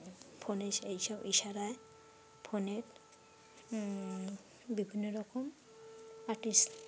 ফোনে সব ইশারায় ফোনে বিভিন্ন রকম আর্টিস্ট